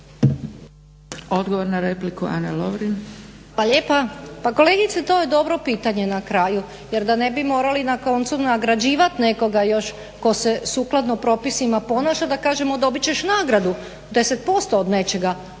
Lovrin. **Lovrin, Ana (HDZ)** Hvala lijepa. Pa kolegice to je dobro pitanje na kraju jer da ne bi morali na koncu nagrađivat nekoga još tko se sukladno propisima ponaša, da kažemo dobit ćeš nagradu 10% od nečega